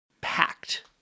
packed